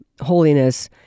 holiness